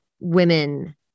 women